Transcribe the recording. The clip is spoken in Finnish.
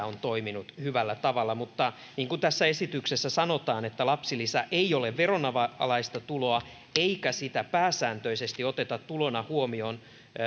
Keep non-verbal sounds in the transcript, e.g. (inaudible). (unintelligible) on toiminut hyvällä tavalla niin kuin tässä esityksessä sanotaan lapsilisä ei ole veronalaista tuloa eikä sitä pääsääntöisesti oteta tulona huomioon